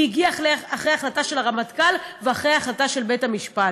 היא הגיעה אחרי החלטה של הרמטכ"ל ואחרי החלטה של בית המשפט.